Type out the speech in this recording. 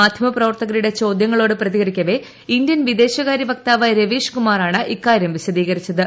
മാധ്യമ പ്രവർത്തകരുടെ ചോദ്യങ്ങളോട് പ്രതികരിക്കവേ ഇന്തൃൻ വിദേശകാരൃവക്താവ് രവീഷ് കുമാറാണ് ഇക്കാര്യം വിശദീകരിച്ചത്